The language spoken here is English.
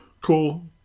cool